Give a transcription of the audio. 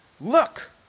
look